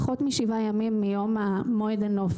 פחות משבעה ימים מיום הנופש.